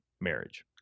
marriage